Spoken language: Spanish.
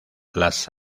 las